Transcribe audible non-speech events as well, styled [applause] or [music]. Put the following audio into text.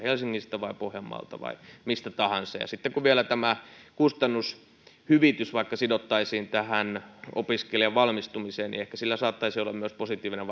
[unintelligible] helsingistä vai pohjanmaalta vai mistä tahansa ja sitten kun vielä tämä kustannushyvitys sidottaisiin vaikka opiskelijan valmistumiseen niin ehkä sillä saattaisi olla myös positiivinen [unintelligible]